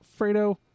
Fredo